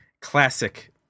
classic